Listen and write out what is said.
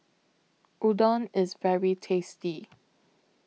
Udon IS very tasty